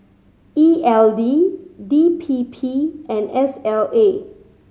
E L D D P P and S L A